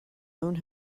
own